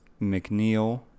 McNeil